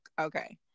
okay